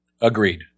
Agreed